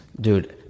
Dude